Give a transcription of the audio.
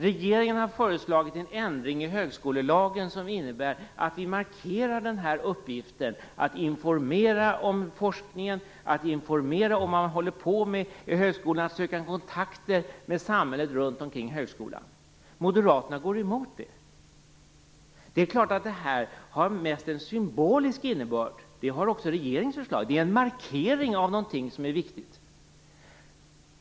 Regeringen har föreslagit en ändring i högskolelagen som innebär att vi markerar den här uppgiften att informera om forskningen, att informera om vad man håller på med i högskolan och att söka kontakter med samhället runt högskolan. Moderaterna går emot detta. Det är klart att det mest har en symbolisk innebörd, och det har också regeringens förslag. Det är en markering av någonting som är viktigt.